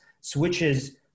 switches